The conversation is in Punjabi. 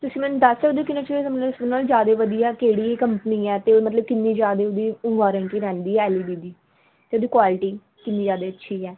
ਤੁਸੀਂ ਮੈਨੂੰ ਦੱਸ ਸਕਦੇ ਹੋ ਕਿ ਉਹਨਾਂ ਜ਼ਿਆਦਾ ਵਧੀਆ ਕਿਹੜੀ ਕੰਪਨੀ ਹੈ ਅਤੇ ਮਤਲਬ ਕਿੰਨੀ ਜ਼ਿਆਦਾ ਉਹਦੀ ਵਾਰੰਟੀ ਰਹਿੰਦੀ ਐੱਲ ਈ ਡੀ ਦੀ ਅਤੇ ਉਹਦੀ ਕੁਆਲਿਟੀ ਕਿੰਨੀ ਜ਼ਿਆਦਾ ਅੱਛੀ ਹੈ